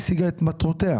השיגה את מטרותיה?